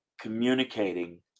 communicating